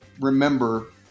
remember